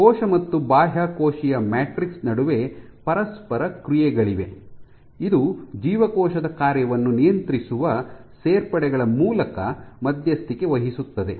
ಕೋಶ ಮತ್ತು ಬಾಹ್ಯಕೋಶೀಯ ಮ್ಯಾಟ್ರಿಕ್ಸ್ ನಡುವೆ ಪರಸ್ಪರ ಕ್ರಿಯೆಗಳಿವೆ ಇದು ಜೀವಕೋಶದ ಕಾರ್ಯವನ್ನು ನಿಯಂತ್ರಿಸುವ ಸೇರ್ಪಡೆಗಳ ಮೂಲಕ ಮಧ್ಯಸ್ಥಿಕೆ ವಹಿಸುತ್ತದೆ